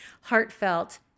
heartfelt